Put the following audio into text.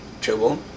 trouble